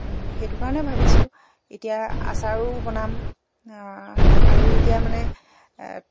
সেইটো কাৰণে ভাবিছোঁ এতিয়া আচাৰো বনাম আৰু এতিয়া মানে